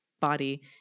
body